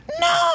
No